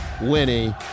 Winnie